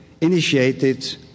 initiated